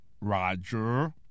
Roger